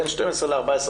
בין 12 ל-14.